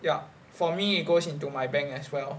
ya for me it goes into my bank as well